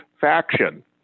faction